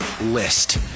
list